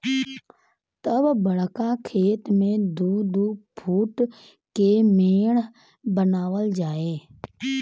तब बड़का खेत मे दू दू फूट के मेड़ बनावल जाए